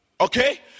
okay